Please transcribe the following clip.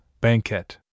Banquet